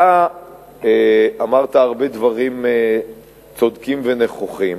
אתה אמרת הרבה דברים צודקים ונכוחים,